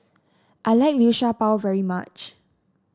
I like Liu Sha Bao very much